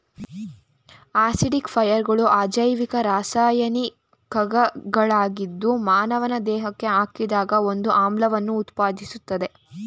ಆಸಿಡಿಫೈಯರ್ಗಳು ಅಜೈವಿಕ ರಾಸಾಯನಿಕಗಳಾಗಿದ್ದು ಮಾನವನ ದೇಹಕ್ಕೆ ಹಾಕಿದಾಗ ಒಂದು ಆಮ್ಲವನ್ನು ಉತ್ಪಾದಿಸ್ತದೆ